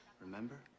Remember